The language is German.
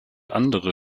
andere